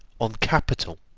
on capital,